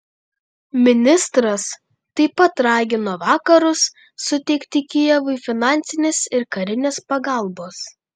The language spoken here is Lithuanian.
ministras taip pat ragino vakarus suteikti kijevui finansinės ir karinės pagalbos